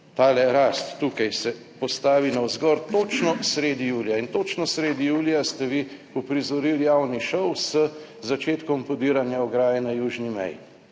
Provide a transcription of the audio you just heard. Ta rast tukaj se postavi navzgor točno sredi julija in točno sredi julija ste vi uprizorili javni šov z začetkom podiranja ograje na južni meji.